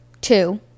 two